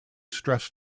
stress